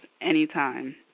anytime